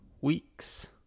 weeks